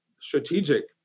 strategic